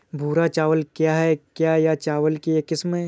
भूरा चावल क्या है? क्या यह चावल की एक किस्म है?